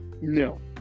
No